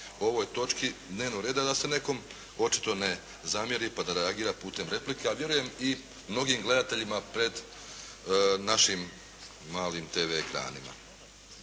ovoj točki dnevnog reda da se nekom očito ne zamjeri, pa da reagira putem replike, a vjerujem i mnogim gledateljima pred našim malim tv ekranima.